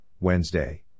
Wednesday